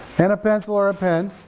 and a pencil or a pen.